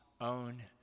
own